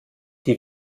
die